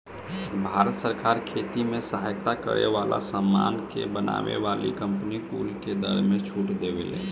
भारत सरकार खेती में सहायता करे वाला सामानन के बनावे वाली कंपनी कुल के कर में छूट देले